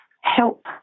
help